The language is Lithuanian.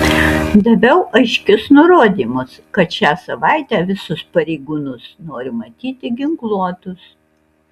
daviau aiškius nurodymus kad šią savaitę visus pareigūnus noriu matyti ginkluotus